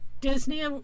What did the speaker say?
Disney